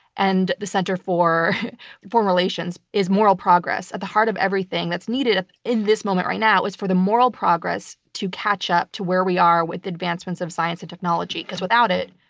and the center for foreign relations, is moral progress. at the heart of everything that's needed ah in this moment right now is for the moral progress to catch up to where we are with advancements of science and technology, because without it,